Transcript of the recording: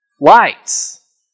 lights